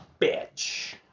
bitch